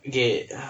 okay